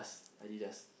us Adidas